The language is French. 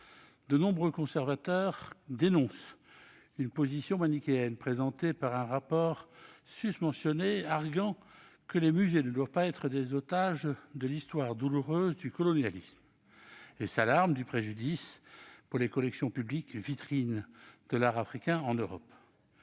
de nombreux conservateurs dénoncent la position manichéenne des auteurs du rapport susmentionné, arguant que « les musées ne doivent pas être otages de l'histoire douloureuse du colonialisme ». Ils s'alarment du préjudice pour les collections publiques, vitrine de l'art africain en Europe.